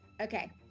Okay